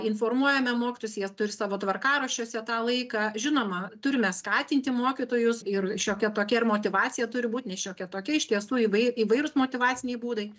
informuojame mokytojus jie turi savo tvarkaraščiuose tą laiką žinoma turime skatinti mokytojus ir šiokia tokia ir motyvacija turi būt ne šiokia tokia iš tiesų įvai įvairūs motyvaciniai būdai